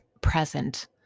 present